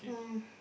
um